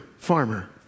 farmer